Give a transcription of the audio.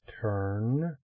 turn